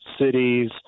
cities